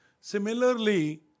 Similarly